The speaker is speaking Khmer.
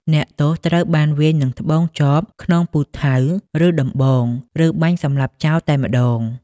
អ្នកទោសត្រូវបានវាយនឹងត្បូងចប ខ្នងពូថៅ ឬដំបង ឬបាញ់សម្លាប់ចោលតែម្តង ។